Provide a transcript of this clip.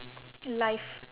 life